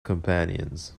companions